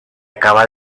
acaba